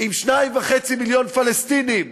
עם 2.5 מיליון פלסטינים,